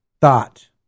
thought